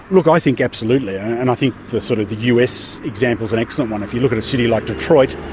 look, i think absolutely, and i think the sort of the us example is an excellent one. if you look at a city like detroit,